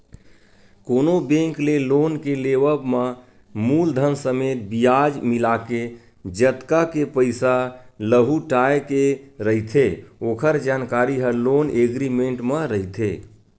कोनो बेंक ले लोन के लेवब म मूलधन समेत बियाज मिलाके जतका के पइसा लहुटाय के रहिथे ओखर जानकारी ह लोन एग्रीमेंट म रहिथे